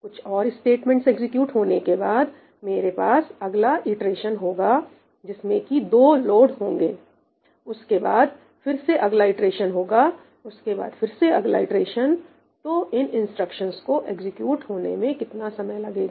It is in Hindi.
कुछ और स्टेटमेंट्स एग्जीक्यूट होने के बाद मेरे पास अगला इटरेशन होगा जिसमें की दो लोड होंगे उसके बाद फिर से अगला इटरेशन होगा उसके बाद फिर से अगला इटरेशन तो इन इंस्ट्रक्शंस को एग्जीक्यूट होने में कितना समय लगेगा